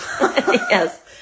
Yes